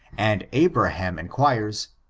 and abraham inquires,